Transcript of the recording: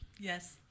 Yes